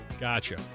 Gotcha